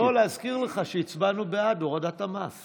לא, להזכיר לך שהצבענו בעד הורדת המס.